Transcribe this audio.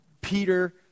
Peter